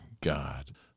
God